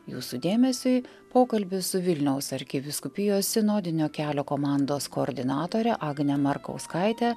jūsų dėmesiui pokalbis su vilniaus arkivyskupijos sinodinio kelio komandos koordinatore agne markauskaite